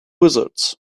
wizards